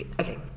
okay